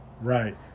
Right